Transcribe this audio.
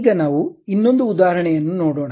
ಈಗ ನಾವು ಇನ್ನೊಂದು ಉದಾಹರಣೆಯನ್ನು ನೋಡೋಣ